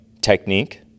technique